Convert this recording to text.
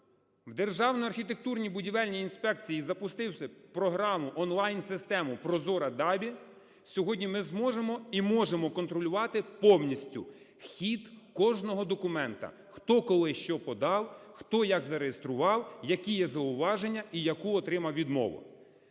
в Державній архітектурній будівельній інспекції і запустивши програмуонлайн-систему "Прозора ДАБІ", сьогодні ми зможемо і можемо контролювати повністю хіт кожного документу, хто коли що подав, хто як зареєстрував, які є зауваження і яку отримав відмову.